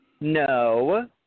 No